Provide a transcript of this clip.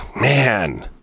Man